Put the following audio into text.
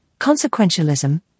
consequentialism